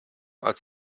als